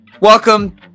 welcome